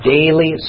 Daily